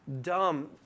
dumb